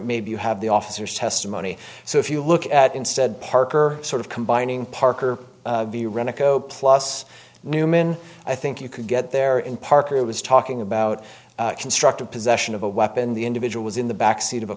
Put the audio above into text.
maybe you have the officer's testimony so if you look at instead parker sort of combining parker go plus newman i think you could get there in parker was talking about constructive possession of a weapon the individual was in the backseat of a